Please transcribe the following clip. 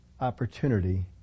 opportunity